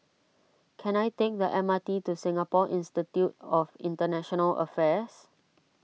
can I take the M R T to Singapore Institute of International Affairs